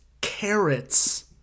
carrots